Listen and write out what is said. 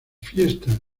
fiestas